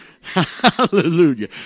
Hallelujah